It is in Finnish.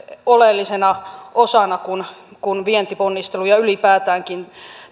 oleellisena osana kun kun vientiponnisteluja ylipäätäänkin